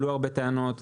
עלו הרבה טענות.